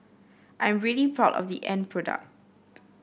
I am really proud of the end product